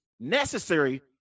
Necessary